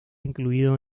incluido